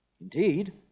Indeed